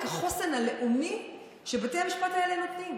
החוסן הלאומי שבתי המשפט האלה נותנים.